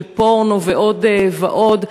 של פורנו ועוד ועוד,